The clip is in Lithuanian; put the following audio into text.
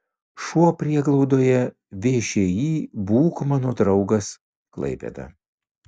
šuo prieglaudoje všį būk mano draugas klaipėda